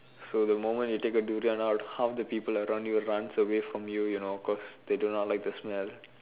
so the moment you take a durian out half the people around you runs away from you you know cause they do not like the smell